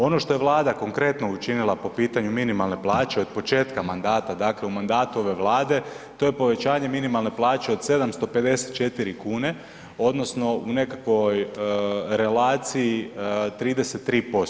Ono što je Vlada konkretno učinila po pitanju minimalne plaće od početka mandata, dakle u mandatu ove Vlade, to je povećanje minimalne plaće od 754 kune, odnosno u nekakvoj relaciji 33%